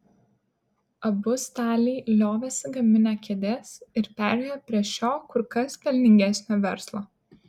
abu staliai liovėsi gaminę kėdes ir perėjo prie šio kur kas pelningesnio verslo